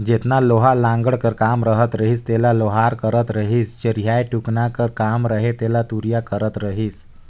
जेतना लोहा लाघड़ कर काम रहत रहिस तेला लोहार करत रहिसए चरहियाए टुकना कर काम रहें तेला तुरिया करत रहिस